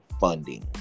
funding